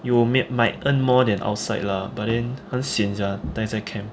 you will may might earn more than outside lah but then 很 sian sia 呆在 camp